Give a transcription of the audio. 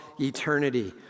eternity